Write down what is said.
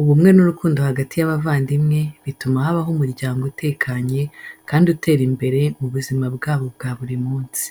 Ubumwe n’urukundo hagati y’abavandimwe bituma habaho umuryango utekanye kandi utera imbere mu buzima bwabo bwa buri munsi.